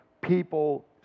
people